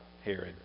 Herod